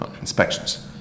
Inspections